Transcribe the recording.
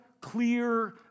clear